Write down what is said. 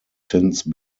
since